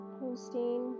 posting